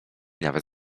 nawet